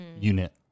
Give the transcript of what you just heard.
unit